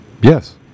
Yes